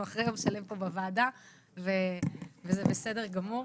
אנחנו אחרי יום שלם פה בוועדה וזה בסדר גמור.